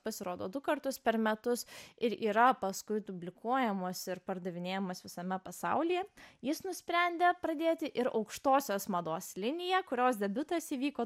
pasirodo du kartus per metus ir yra paskui publikuojamos ir pardavinėjamas visame pasaulyje jis nusprendė pradėti ir aukštosios mados liniją kurios debiutas įvyko